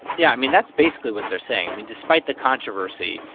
yeah. i mean, that's basically what they're saying. i mean, despite the controversy,